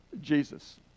Jesus